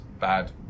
bad